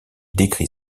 décrit